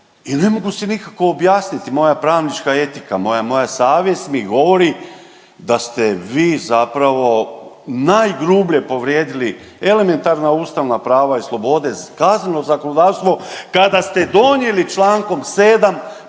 i ne mogu si nikako objasniti, moja pravnička etika, moja savjest mi govori da ste vi zapravo najgrublje povrijedili elementarna ustavna prava i slobode, kazneno zakonodavstvo kada ste donijeli čl. 7